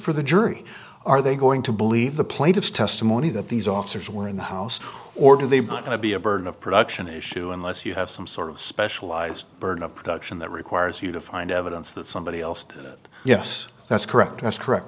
for the jury are they going to believe the plaintiff's testimony that these officers were in the house or do they want to be a burden of production issue unless you have some sort of specialized burden of production that requires you to find evidence that somebody else did it yes that's correct that's correct